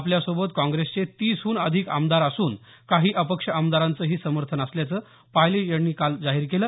आपल्यासोबत काँग्रेसचे तीसहन अधिक आमदार असुन काही अपक्ष आमदारांचंही समर्थन असल्याचं पायलट यांनी काल जाहीर केलं